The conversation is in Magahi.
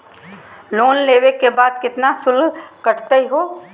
लोन लेवे के बाद केतना शुल्क कटतही हो?